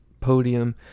podium